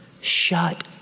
shut